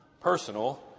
personal